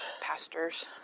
pastors